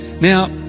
Now